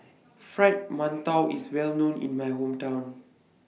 Fried mantou IS Well known in My Hometown